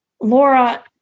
Laura